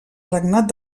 regnat